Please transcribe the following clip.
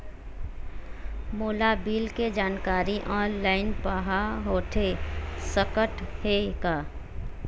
मोला बिल के जानकारी ऑनलाइन पाहां होथे सकत हे का?